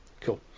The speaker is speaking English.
Cool